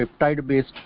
peptide-based